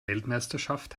weltmeisterschaft